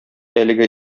әлеге